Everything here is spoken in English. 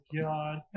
god